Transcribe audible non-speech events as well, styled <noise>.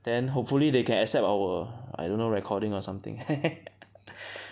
then hopefully they can accept our I don't know recording or something <laughs>